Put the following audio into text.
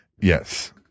Yes